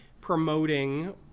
promoting